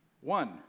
One